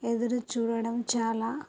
ఎదురుచూడడం చాలా